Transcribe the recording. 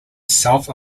self